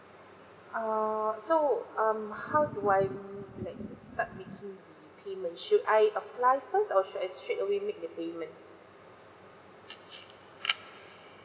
err so um how do I make start making payment should I apply first or should I straight away make the payment